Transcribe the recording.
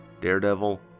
Daredevil